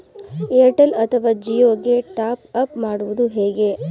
Airtel ಅಥವಾ ಜಿಯೊ ಗೆ top up ಮಾಡುವುದು ಹೇಗೆ?